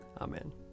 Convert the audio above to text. Amen